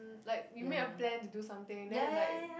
hmm like we make a plan to do something then is like